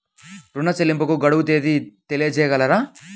ఋణ చెల్లింపుకు గడువు తేదీ తెలియచేయగలరా?